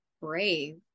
brave